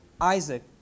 Isaac